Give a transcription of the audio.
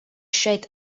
šeit